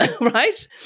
Right